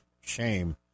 shame